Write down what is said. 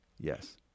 yes